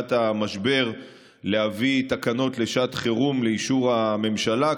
בתחילת המשבר הקדמנו להביא את התקנות לשעת חירום לאישור הממשלה.